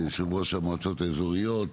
יושב-ראש המועצות האזוריות,